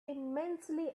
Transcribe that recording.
immensely